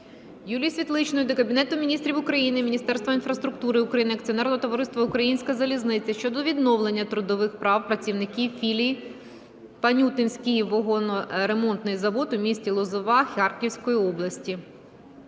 Юлії Світличної до Кабінету Міністрів України, Міністерства інфраструктури України, акціонерного товариства "Українська залізниця" щодо відновлення трудових прав працівників філії "Панютинський вагоноремонтний завод" у місті Лозова Харківської області.